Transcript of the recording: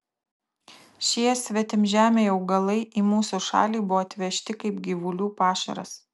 šie svetimžemiai augalai į mūsų šalį buvo atvežti kaip gyvulių pašaras